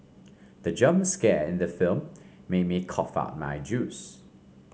the jump scare in the film made me cough out my juice